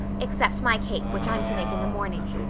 except my cake which i'm to make in the morning,